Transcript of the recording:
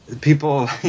People